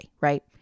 right